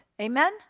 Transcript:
Amen